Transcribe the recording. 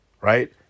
Right